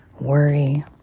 worry